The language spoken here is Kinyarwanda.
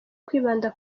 kwibanda